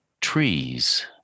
trees